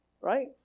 right